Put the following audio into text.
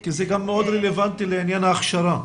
כי זה גם מאוד רלוונטי לעניין ההכשרה.